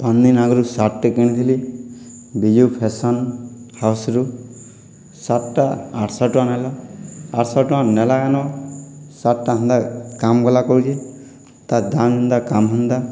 ପାଞ୍ଚ ଦିନ୍ ଆଗରୁ ସାର୍ଟଟେ କିଣିଥିଲି ବିଜୁ ଫେସନ ହାଉସରୁ ସାର୍ଟଟା ଆଠ ଶହ ଟଙ୍କା ନେଲା ଆଠ ଶହ ଟଙ୍କା ନେଲା କାନ ସାର୍ଟଟା ହେନ୍ତା କାମ୍ ଗଲା କରୁଛେ ତାର୍ ଦାମ୍ ହେନ୍ତା କାମ୍ ହେନ୍ତା